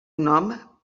nom